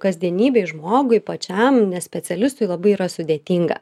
kasdienybėj žmogui pačiam ne specialistui labai yra sudėtinga